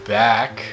back